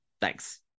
Thanks